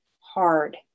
hard